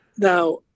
Now